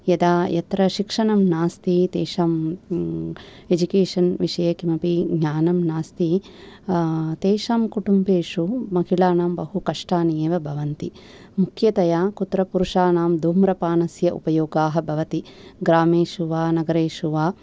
यदा यत्र शिक्षणं नास्ति तेषां एजुकेषन् विषये किमपि ज्ञानं नास्ति तेषां कुटुम्बेषु महिलानां बहु कष्टानि एव भवन्ति मुख्यतया कुत्र पुरुषाणां धूम्रपानस्य उपयोगाः भवति ग्रामेषु वा नगरेषु वा